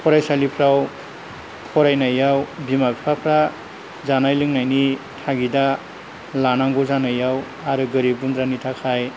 फरायसालिफ्राव फरायनायाव बिमा बिफाफ्रा जानाय लोंनायनि थागिदा लानांगौ जानायाव आरो गोरिब गुन्द्रानि थाखाय